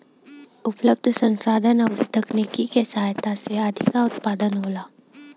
उपलब्ध संसाधन अउरी तकनीकी के सहायता से अधिका उत्पादन होला